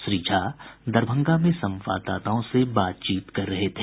श्री झा दरभंगा में संवाददाताओं से बातचीत कर रहे थे